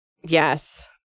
Yes